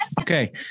Okay